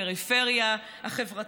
לפריפריה החברתית,